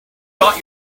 got